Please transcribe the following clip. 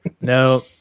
No